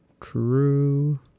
True